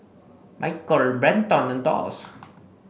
Michell Brenton and Doss